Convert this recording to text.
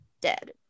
dead